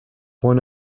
one